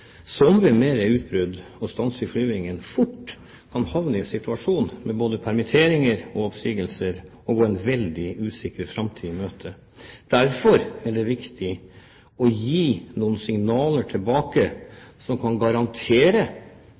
partene. Vi trenger å få på plass en forutsigbarhet for flyselskapene, som ved flere utbrudd og stans i flygingen fort kan havne i en situasjon med både permitteringer og oppsigelser – og gå en veldig usikker framtid i møte. Derfor er det viktig å gi